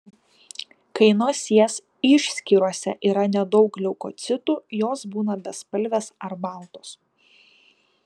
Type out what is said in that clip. kai nosies išskyrose yra nedaug leukocitų jos būna bespalvės ar baltos